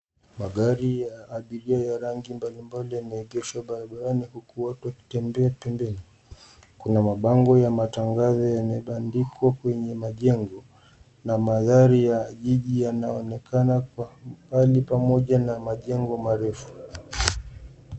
Magari ya abiria ya rangi mbalimbali yameegeshwa barabarani huku watu wakitembea pembeni. Kuna mabango ya matangazo yamebandikwa kwenye majengo na magari ya jiji yanaonekana pahali pamoja na majengo marefu.